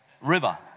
river